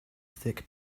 thick